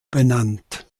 benannt